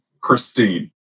Christine